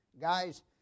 Guys